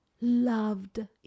loved